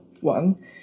one